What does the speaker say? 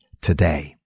today